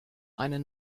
eine